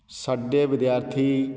ਸਾਡੇ ਵਿਦਿਆਰਥੀ